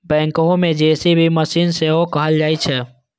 backhoe कें JCB machine सेहो कहल जाइ छै